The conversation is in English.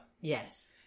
Yes